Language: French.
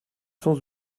sans